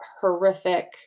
horrific